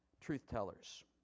truth-tellers